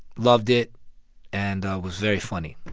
loved it and was very funny.